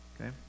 Okay